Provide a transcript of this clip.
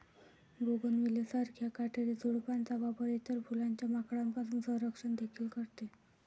bougainvillea सारख्या काटेरी झुडपांचा वापर इतर फुलांचे माकडांपासून संरक्षण देखील करते